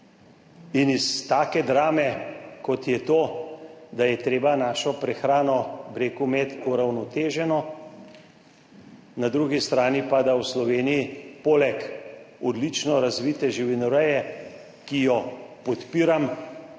In iz take drame kot je to, da je treba našo prehrano, bi rekel, imeti uravnoteženo, na drugi strani pa, da v Sloveniji poleg odlično razvite živinoreje, ki jo podpiram,